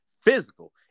physical